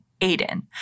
Aiden